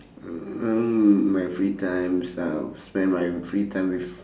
my free times I'll spend my free time with